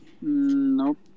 Nope